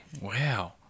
Wow